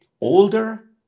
older